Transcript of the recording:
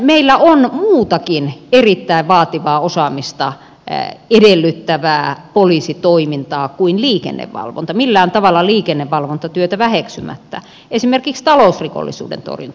meillä on muutakin erittäin vaativaa osaamista edellyttävää poliisitoimintaa kuin liikennevalvonta millään tavalla liikennevalvontatyötä väheksymättä esimerkiksi talousrikollisuuden torjunta